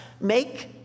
make